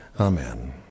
Amen